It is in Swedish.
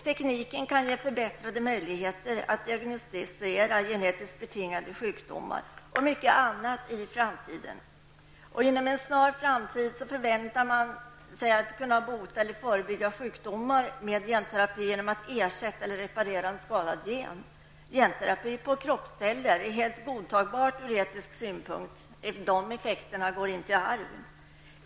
Tekniken kan ge förbättrade möjligheter att diagnostisera genetiskt betingade sjukdomar och mycket annat i framtiden. Inom en snar framtid förväntar man sig att kunna bota eller förebygga sjukdomar med genterapi genom att ersätta eller reparera en skadad gen. Genterapi på kroppsceller är helt godtagbar ur etisk synpunkt. Effekterna går inte i arv.